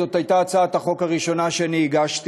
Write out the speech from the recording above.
זו הייתה הצעת החוק הראשונה שהגשתי.